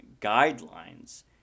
guidelines